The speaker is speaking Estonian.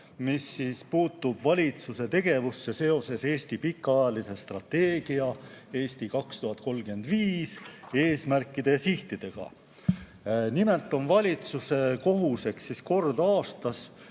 mis puudutab valitsuse tegevust seoses Eesti pikaajalise strateegia "Eesti 2035" eesmärkide ja sihtidega. Nimelt on valitsuse kohus kord aastas